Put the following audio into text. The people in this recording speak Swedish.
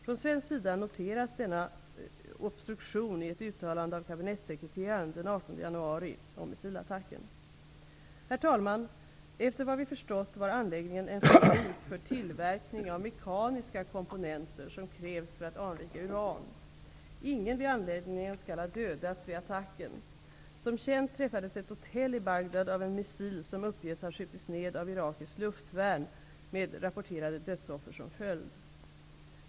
Från svensk sida noteras denna obstruktion i ett uttalande av kabinettssekreteraren den 18 januari om missilattacken. Herr talman! Efter vad vi förstått var anläggningen en fabrik för tillverkning av mekaniska komponenter som krävs för att anrika uran. Ingen vid anläggningen skall ha dödats vid attacken. Som känt träffades ett hotell i Bagdad av en missil som uppges ha skjutits ned av irakiskt luftvärn med rapporterade dödsoffer som följd.